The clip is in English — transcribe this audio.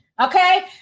okay